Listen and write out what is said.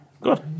Good